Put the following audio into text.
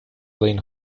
lane